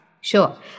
sure